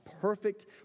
perfect